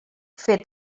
fet